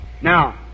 Now